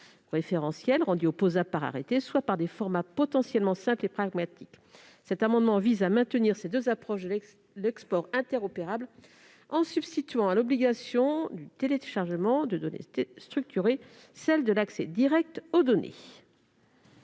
référentiels, rendus opposables par arrêté, soit par des formats potentiellement simples et pragmatiques. Cet amendement vise à maintenir ces deux approches de l'export interopérable, en substituant à l'obligation du téléchargement de données structurées celle de l'accès direct aux données.